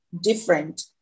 different